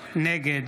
נגד